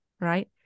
right